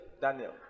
Daniel